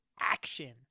action